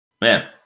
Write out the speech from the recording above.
Man